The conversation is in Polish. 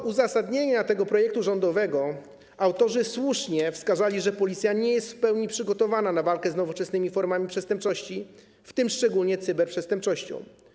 W uzasadnieniu projektu rządowego autorzy słusznie wskazali, że Policja nie jest w pełni przygotowana do walki z nowoczesnymi formami przestępczości, w tym szczególnie z cyberprzestępczością.